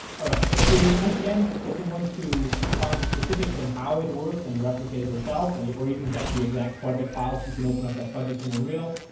all right, so if you once again, if you want to find the specifics on how it works and replicate it yourself, and or even get the exact project files, you can open up that project in unreal.